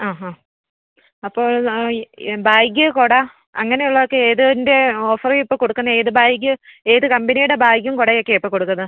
ആഹാ അപ്പോൾ ആ ബാഗ് കുട അങ്ങനെ ഉള്ളതൊക്കെ ഏതിൻ്റെ ഓഫറ് ഇപ്പോൾ കൊടുക്കുന്ന ഏത് ബാഗ് ഏത് കമ്പനിയുടെ ബാഗും കുടയൊക്കെയാണ് ഇപ്പോൾ കൊടുക്കുന്നത്